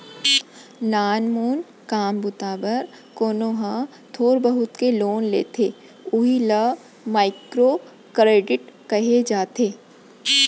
नानमून काम बूता बर कोनो ह थोर बहुत के लोन लेथे उही ल माइक्रो करेडिट कहे जाथे